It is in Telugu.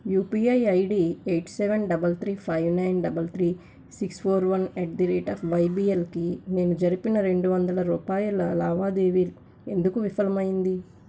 UPI ID eight seven double three five nine double three six four one at the rate of వైబిఎల్కి నేను జరిపిన రెండు వందల రూపాయల లావాదేవీ ఎందుకు విఫలమయ్యింది